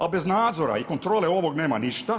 A bez nadzora i kontrole ovog nema ništa.